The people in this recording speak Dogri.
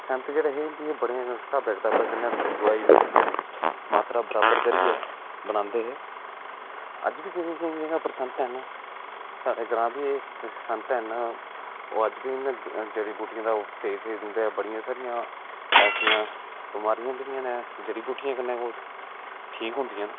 संत जेह्ड़े होंदे एह् बड़े स्हाबै कताबै कन्नै दोआई मात्तरा बराबर करियै बनांदे हे अज्ज बी केईं केईं जगह पर संत न साढ़े ग्रांऽ बी एह् संत हैन ओह् अज्ज बी इंया जड़ी बुटियें दा ओह् स्हेई दिंदे बड़ियां सारियां बमारियां होंदियां न की जड़ी बुटी कन्नै गै ठीक होंदियां न